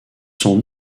son